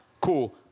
cool